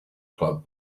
club